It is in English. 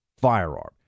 firearm